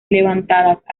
levantadas